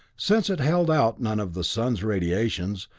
since it held out none of the sun's radiations,